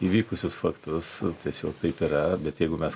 įvykusius faktus tiesiog taip yra bet jeigu mes